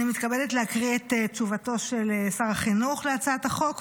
אני מתכבדת להקריא את תשובתו של שר החינוך על הצעת החוק,